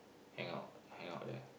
hang out hang out there